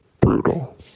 Brutal